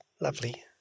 lovely